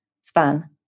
span